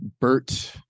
Bert